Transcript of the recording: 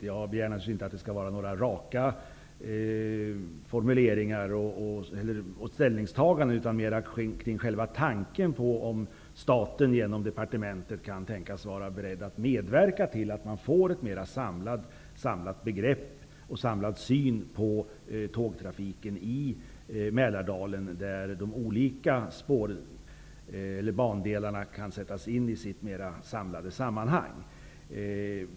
Jag begär naturligtvis inte att det skall vara några raka formuleringar eller ställningstaganden, utan mera kring själva tanken om staten, via departementet, kan tänkas vara beredd att medverka till ett mera samlat grepp, en mera samlad syn, kring tågtrafiken i Mälardalen. Då kan de olika bandelarna sättas in i ett sammanhang.